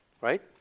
right